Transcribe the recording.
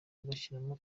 bagashyiramo